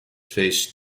faced